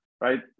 right